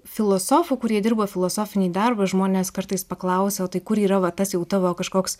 filosofų kurie dirba filosofinį darbą žmonės kartais paklausia o tai kur yra va tas jau tavo kažkoks